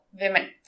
women